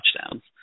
touchdowns